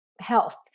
health